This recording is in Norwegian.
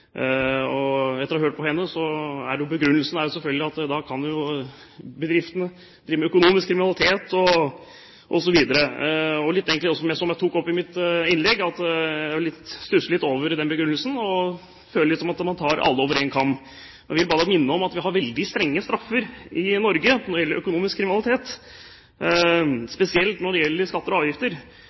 ordet. Etter å ha hørt på henne virker det som om hun varsler at man egentlig er imot dagens ordning, og vil reversere og avvikle dagens ordning med at gründere kan levere inn en søknad om å slippe å levere omsetningsoppgave annenhver måned. Begrunnelsen er selvfølgelig at da kan jo bedriftene drive med økonomisk kriminalitet osv. Som jeg tok opp i mitt innlegg, stusser jeg litt over den begrunnelsen og føler at man skjærer alle over en kam. Jeg vil bare minne om at vi har veldig strenge straffer i Norge